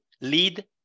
lead